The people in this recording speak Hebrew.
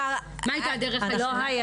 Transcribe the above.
מהי הדרך הישנה?